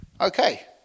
Okay